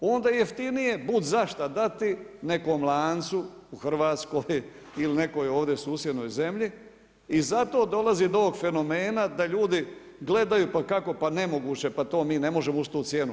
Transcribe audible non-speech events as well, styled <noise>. Onda je jeftinije … <unintelligible> dati nekom lancu u Hrvatskoj ili nekoj ovdje susjednoj zemlji i zato dolazi do ovog fenomena, da ljudi gledaju, pa kako, pa nemoguće, pa to mi ne možemo uz tu cijenu.